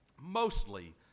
mostly